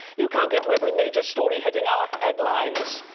you can't get to every major story hitting our headline.